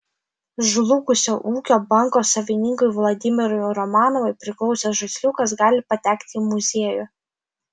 žlugusio ūkio banko savininkui vladimirui romanovui priklausęs žaisliukas gali patekti į muziejų